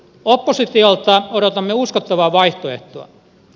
oppositiolta odotamme uskottavaa vaihtoehtoa